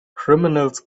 criminals